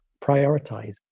prioritize